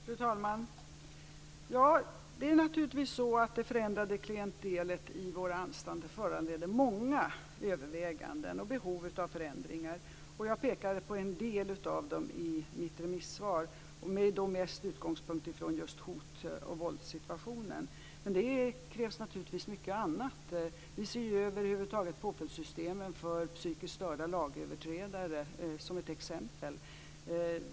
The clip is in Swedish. Fru talman! Det är naturligtvis så att det förändrade klientelet i våra anstalter föranleder många överväganden och behov av förändringar. Jag pekade på en del av dem i mitt remissvar, med utgångspunkt från hot och våldssituationen. Men det krävs naturligtvis mycket annat. Vi ser över huvud taget över påföljdssystemen för psykiskt störda lagöverträdare, för att ta ett exempel.